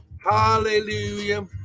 Hallelujah